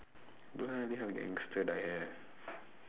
don't have only have gangster dye hair